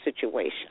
situation